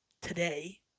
today